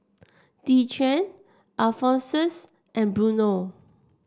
Dequan Alphonsus and Bruno